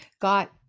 got